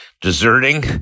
deserting